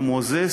או מוזס,